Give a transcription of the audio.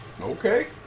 Okay